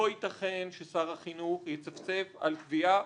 לא יתכן ששר החינוך יצפצף על קביעה